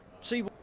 See